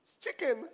Chicken